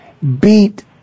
Beat